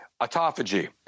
autophagy